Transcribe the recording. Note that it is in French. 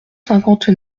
cinquante